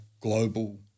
global